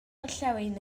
orllewin